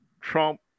trump